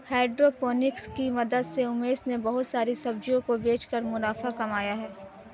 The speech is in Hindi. हाइड्रोपोनिक्स की मदद से उमेश ने बहुत सारी सब्जियों को बेचकर मुनाफा कमाया है